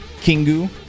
Kingu